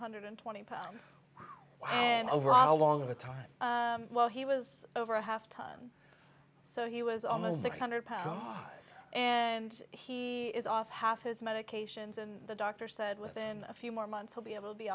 hundred twenty pounds and over on a long of a time well he was over a half ton so he was almost six hundred pounds and he is off half his medications and the doctor said within a few more months he'll be able to be